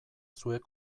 zuek